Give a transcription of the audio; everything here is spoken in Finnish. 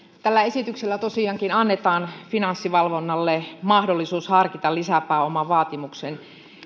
tällä esityksellä tosiaankin annetaan finanssivalvonnalle mahdollisuus harkita lisäpääomavaatimuksen